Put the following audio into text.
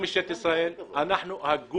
משטרת ישראל היא הגוף